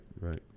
right